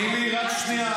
תני לי רק שנייה,